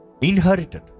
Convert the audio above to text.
inherited